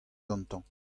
gantañ